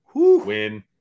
win